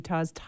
UTAH'S